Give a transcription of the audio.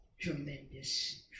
tremendous